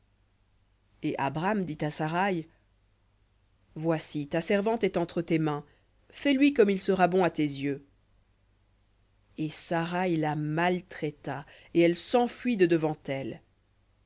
et abram dit à saraï voici ta servante est entre tes mains fais-lui comme il sera bon à tes yeux et saraï la maltraita et elle s'enfuit de devant elle